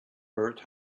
bird